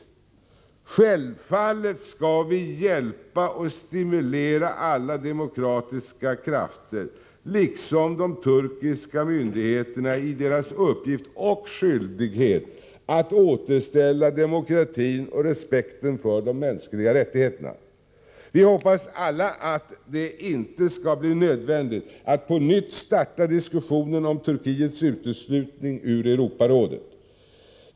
Självfallet vill vi hjälpa och stimulera alla demokratiska krafter liksom de turkiska myndigheterna i deras uppgift och skyldighet att återställa demokratin och respekten för de mänskliga rättigheterna. Vi hoppas alla att det inte skall bli nödvändigt att på nytt starta diskussionen om Turkiets uteslutning ur Europarådet.